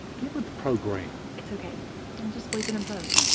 get with the program. it's okay, i'll just bleep it in post.